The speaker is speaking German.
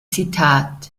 zitat